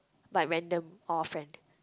by random all friend